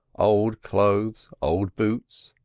old clothes, old boots,